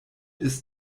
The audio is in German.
ist